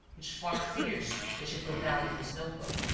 which formed figures which he put down in his note-book.